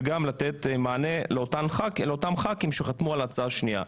לתת מענה לאותם ח"כים שחתמו על ההצעה השנייה.